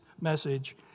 message